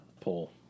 pull